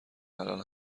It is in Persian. الان